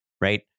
right